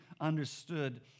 understood